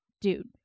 dude